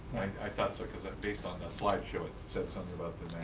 i thought so because based on the slideshow it said something about the